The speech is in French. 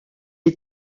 est